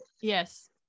Yes